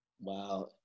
Wow